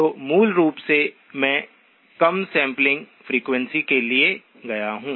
तो मूल रूप से मैं कम सैंपलिंग फ्रीक्वेंसी के लिए गया हूँ